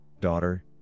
daughter